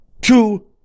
Two